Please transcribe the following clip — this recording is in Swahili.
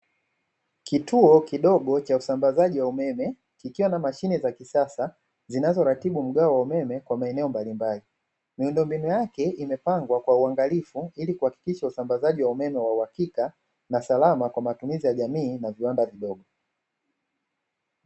Kituo kidogo cha usambazaji wa umeme, kikiwa na mashine za kisasa zinazoratibu mgawo wa umeme kwa maeneo mbalimbali, miundombinu yake imapangwa kwa uangalifu ili kuhakikisha usambazaji wa umeme wa uhakika na salama, kwa matumizi ya jamii na viwanda vidogo.